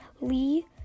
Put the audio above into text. Lee